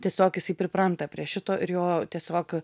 tiesiog jisai pripranta prie šito ir jo tiesiog